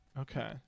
Okay